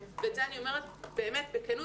ואת זה אומרת באמת בכנות,